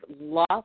lost